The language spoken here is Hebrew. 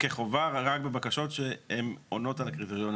צריכים לחשב את זה כשטח עיקרי.